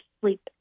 sleep